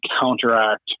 counteract